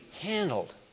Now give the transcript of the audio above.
handled